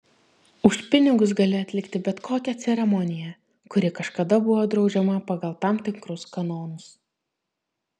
už pinigus gali atlikti bet kokią ceremoniją kuri kažkada buvo draudžiama pagal tam tikrus kanonus